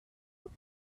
that